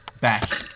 Back